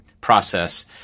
process